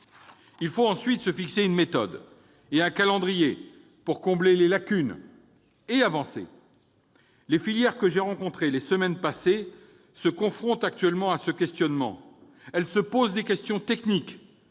Il faut ensuite se fixer une méthode et un calendrier pour combler les lacunes et avancer. Les filières, que j'ai rencontrées durant les semaines passées, se confrontent actuellement à ce questionnement. Elles posent des questions techniques.